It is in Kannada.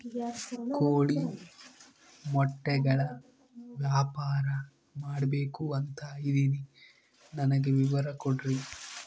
ಕೋಳಿ ಮೊಟ್ಟೆಗಳ ವ್ಯಾಪಾರ ಮಾಡ್ಬೇಕು ಅಂತ ಇದಿನಿ ನನಗೆ ವಿವರ ಕೊಡ್ರಿ?